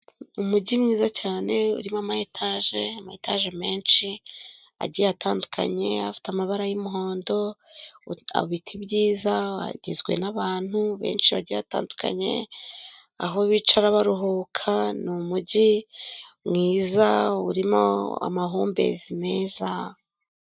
Umujyi mwiza cyane urimo ama etaje, ama etaje menshi agiye atandukanye, afite amabara y'umuhondo, ibiti byiza, hagizwe n'abantu benshi batandukanye, aho bicara baruhuka, ni umujyi mwiza urimo amahumbezi meza.